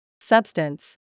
Substance